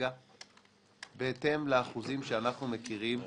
בהתאם לאחוזים שאנחנו מכירים.